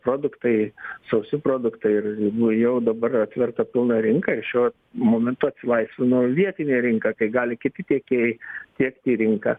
produktai sausi produktai ir nu jau dabar atverta pilna rinka ir šiuo momentu atsilaisvino vietinė rinka kai gali kiti tiekėjai tiekt į rinką